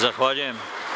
Zahvaljujem.